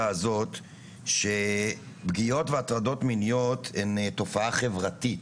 הזאת שפגיעות והטרדות מיניות הן תופעה חברתית